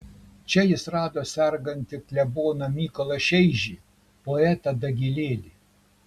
čia jis rado sergantį kleboną mykolą šeižį poetą dagilėlį